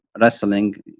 wrestling